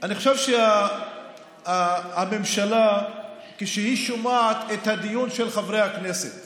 אני חושב שכשהממשלה שומעת את הדיון של חברי הכנסת